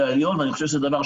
לחזירי הבר ולדורבנים חגיגה,